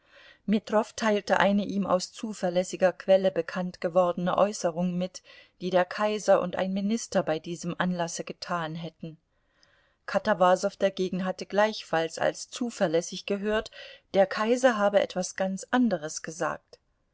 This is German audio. metrow teilte eine ihm aus zuverlässiger quelle bekannt gewordene äußerung mit die der kaiser und ein minister bei diesem anlasse getan hätten katawasow dagegen hatte gleichfalls als zuverlässig gehört der kaiser habe etwas ganz anderes gesagt